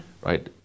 right